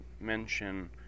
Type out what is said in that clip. mention